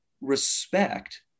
respect